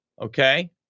Okay